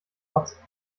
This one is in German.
hartz